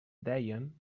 deien